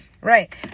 Right